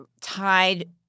tied